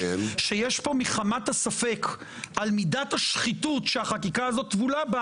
שיש פה מחמת הספק על מידת השחיתות שהחקיקה הזאת טבולה בה